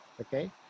okay